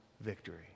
victory